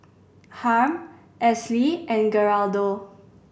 Harm Esley and Geraldo